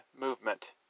movement